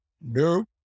No